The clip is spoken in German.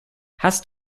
hast